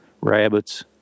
rabbits